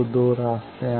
तो दो रास्ते हैं